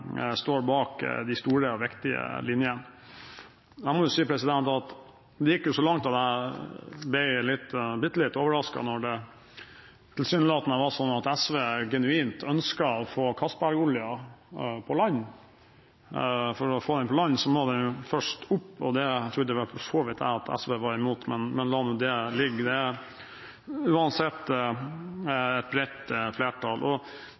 Jeg må si at det gikk så langt at jeg ble bitte litt overrasket over at det tilsynelatende var sånn at SV genuint ønsket å få Castberg-oljen på land – for å få den på land må den jo først opp, og det trodde jeg vel for så vidt at SV var imot. Men la nå det ligge. Det er uansett et bredt flertall. En av de tingene som har ligget i bunnen hele tiden, er at hovedmålsettingen for norsk petroleumspolitikk og